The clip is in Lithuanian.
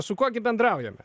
su kuo gi bendraujame